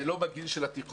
זה לא בגיל של התיכון,